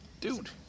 dude